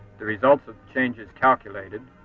the results of changes calculated,